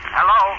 Hello